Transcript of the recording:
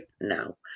now